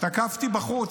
אחראים